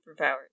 superpowers